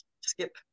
skip